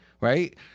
right